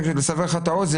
רק לסבר לך את האוזן,